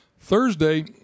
Thursday